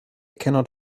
cannot